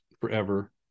forever